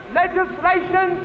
legislation